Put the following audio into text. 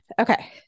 Okay